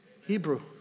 Hebrew